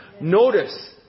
Notice